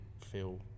feel